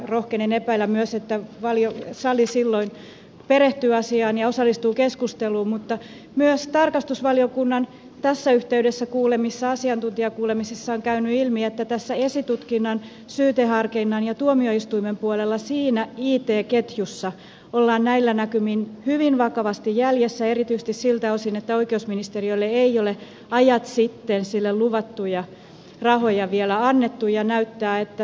rohkenen epäillä myös että sali silloin perehtyy asiaan ja osallistuu keskusteluun mutta myös tarkastusvaliokunnan tässä yhteydessä kuulemissa asiantuntijakuulemisissa on käynyt ilmi että esitutkinnan syyteharkinnan ja tuomioistuimen puolella it ketjussa ollaan näillä näkymin hyvin vakavasti jäljessä erityisesti siltä osin että oikeusministeriölle ei ole ajat sitten sille luvattuja rahoja vielä annettu